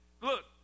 look